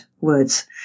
words